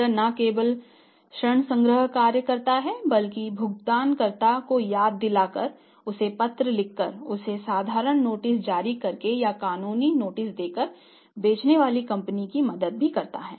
factor न केवल ऋण संग्रह कार्य करता है बल्कि भुगतानकर्ता को याद दिलाकर उसे पत्र लिखकर उसे साधारण नोटिस जारी करके या कानूनी नोटिस देकर बेचने वाली कंपनी की मदद भी करता है